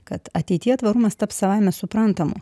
kad ateityje tvarumas taps savaime suprantamu